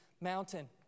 mountain